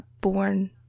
born